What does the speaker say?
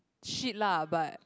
shit lah but